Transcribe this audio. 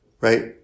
Right